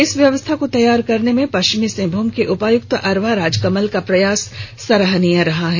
इस व्यवस्था को तैयार करने में पश्चिमी सिंहभूम के उपायुक्त अरवा राजकमल का प्रयास सराहनीय रहा है